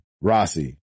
Rossi